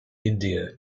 india